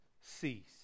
cease